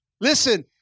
Listen